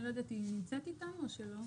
אני לא יודע אם היא נמצאת איתנו או שלא?